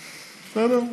בסדר?